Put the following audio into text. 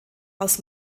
aus